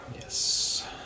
Yes